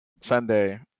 sunday